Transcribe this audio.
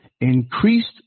Increased